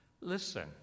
Listen